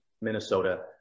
Minnesota